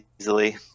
easily